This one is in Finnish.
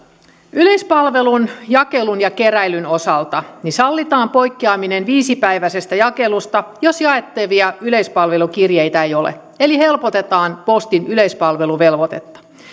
yleispalvelun jakelun ja keräilyn osalta sallitaan poikkeaminen viisipäiväisestä jakelusta jos jaettavia yleispalvelukirjeitä ei ole eli helpotetaan postin yleispalveluvelvoitetta